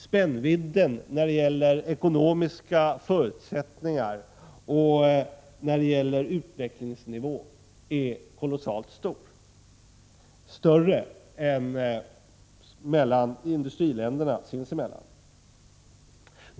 Spännvidden när det gäller ekonomiska förutsättningar och utvecklingsnivå är kolossalt stor, större än spännvidden mellan industriländerna.